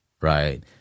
right